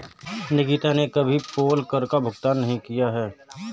निकिता ने कभी पोल कर का भुगतान नहीं किया है